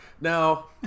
now